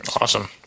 Awesome